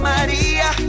Maria